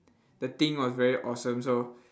the thing was very awesome so